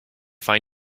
find